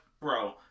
bro